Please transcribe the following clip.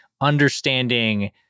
understanding